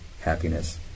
happiness